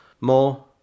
More